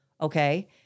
Okay